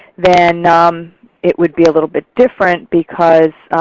then um it would be a little bit different because